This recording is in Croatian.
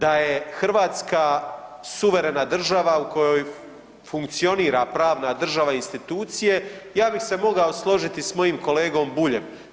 Da je Hrvatska suverena država u kojoj funkcionira pravna država institucije ja bih se mogao složiti s mojim kolegom Buljem.